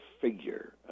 figure